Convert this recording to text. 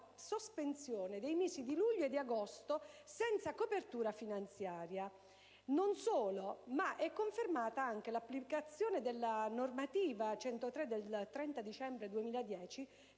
sospensione dei mesi di luglio e di agosto, senza copertura finanziaria. Non solo, ma è confermata anche l'applicazione della direttiva n. 103 del 30 dicembre 2010,